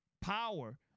power